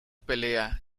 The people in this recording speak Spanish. pelea